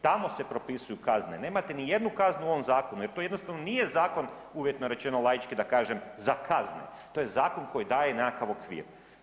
Tamo se propisuju kazne, nemate nijednu kaznu u ovom zakonu jer to jednostavno nije zakon, uvjetno rečeno laički da kažem za kazne, to je zakon koji daje nekakav okvir.